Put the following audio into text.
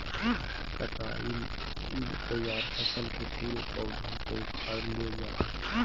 कटाई ले तैयार फसल के पूरे पौधा से उखाड़ लेल जाय हइ